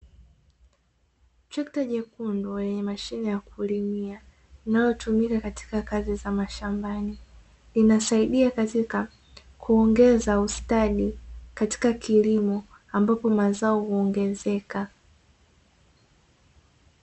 Trekta jekundu lenye mashine ya kulimia linalotumika katika kazi za mashambani, inasaidia katika kuongeza ustadi katika kilimo ambapo mazao huongezeka.